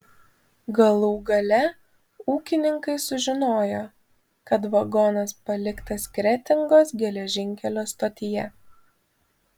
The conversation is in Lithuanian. galų gale ūkininkai sužinojo kad vagonas paliktas kretingos geležinkelio stotyje